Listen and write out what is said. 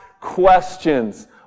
questions